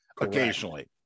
occasionally